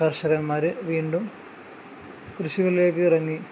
കർഷകന്മാർ വീണ്ടും കൃഷികളിലേക്ക് ഇറങ്ങി